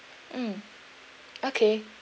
mm okay